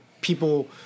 people